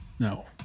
No